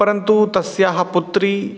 परन्तु तस्य पुत्री